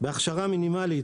בהכשרה מינימלית,